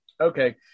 Okay